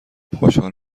خوشحال